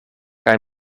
kaj